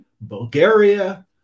Bulgaria